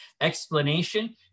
explanation